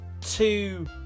two